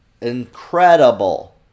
incredible